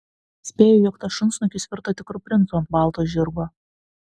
spėju jog tas šunsnukis virto tikru princu ant balto žirgo